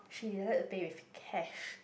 she decided to pay with cash